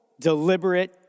deliberate